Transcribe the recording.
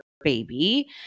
baby